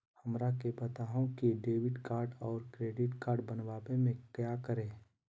हमरा के बताओ की डेबिट कार्ड और क्रेडिट कार्ड बनवाने में क्या करें?